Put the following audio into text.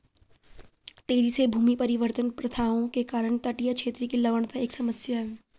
तेजी से भूमि परिवर्तन प्रथाओं के कारण तटीय क्षेत्र की लवणता एक समस्या है